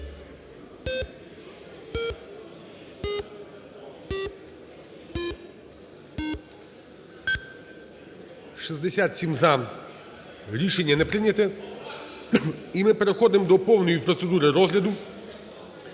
За-67 Рішення не прийняте. І ми переходимо до повної процедури розгляду.